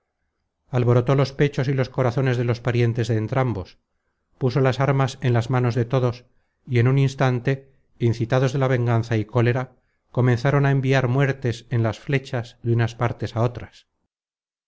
alborotó los pechos y los corazones de los parientes de entrambos puso las armas en las manos de todos y en un instante incitados de la venganza y cólera comenzaron á enviar muertes en las flechas de unas partes á otras